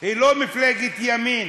הוא לא מפלגת ימין,